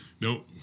No